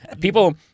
people